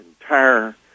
entire